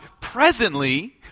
presently